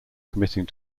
committing